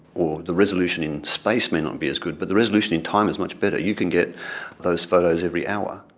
or the resolution in space may not be as good, but the resolution in time is much better. you can get those photos every hour.